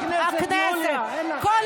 שב, חבר